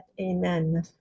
amen